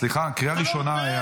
סליחה, קריאה ראשונה.